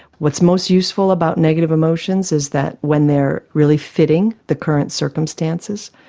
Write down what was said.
what's most useful about negative emotions is that when they are really fitting the current circumstances,